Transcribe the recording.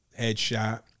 headshot